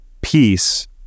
peace